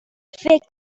فکر